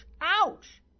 Ouch